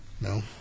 No